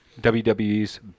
WWE's